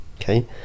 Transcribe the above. okay